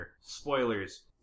Spoilers